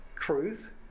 truth